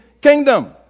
kingdom